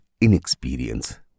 inexperience